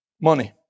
Money